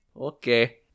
Okay